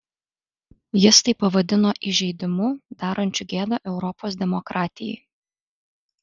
jis tai pavadino įžeidimu darančiu gėdą europos demokratijai